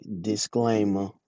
disclaimer